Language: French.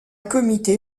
comité